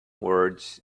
words